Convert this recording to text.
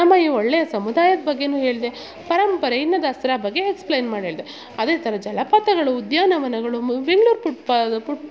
ನಮ್ಮ ಈ ಒಳ್ಳೆಯ ಸಮುದಾಯದ ಬಗ್ಗೆಯು ಹೇಳಿದೆ ಪರಂಪರೆ ಇನ್ನು ದಸರಾ ಬಗ್ಗೆ ಎಕ್ಸ್ಪ್ಲೈನ್ ಮಾಡಿ ಹೇಳ್ದೆ ಅದೇ ಥರ ಜಲಪಾತಗಳು ಉದ್ಯಾನವನಗಳು ಮ್ ಬೆಂಗ್ಳೂರು ಪುಟ್ಬಾಲ್ ಪುಟ್ಬಾಲ್